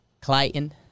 Clayton